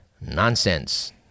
nonsense